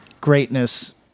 greatness